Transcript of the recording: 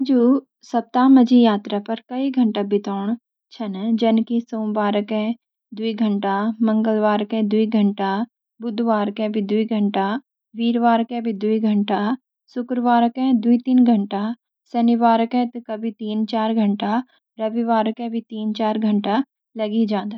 मैं सप्ताह मंजी यात्रा पर कई घंटा बिताऊंन छन, जन की सोमवार के द्वि घंटा, मंगलवार के द्वि घंटा, बुधवार के भी द्वि घंटा, वीर बार के भी द्वि घंटा, शुक्रवार के द्वि सी तीन घंटा, शनिवार के त कभी तीन चार घंटा रविवार के भी तीन चार घंटा त लगी जां दा।